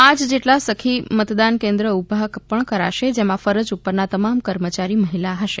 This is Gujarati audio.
પાંચ જેટલા સખી મતદાન કેન્દ્ર ઊભા પણ કરશે જેમાં ફરજ ઉપરના તમામ કર્મચારી મહિલા હશે